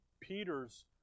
Peter's